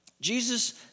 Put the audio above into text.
Jesus